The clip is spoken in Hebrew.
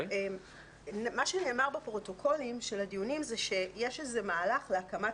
מה שנאמר בפרוטוקולים של הדיונים זה שיש מהלך להקמת